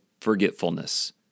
forgetfulness